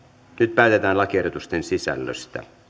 nyt päätetään lakiehdotusten sisällöstä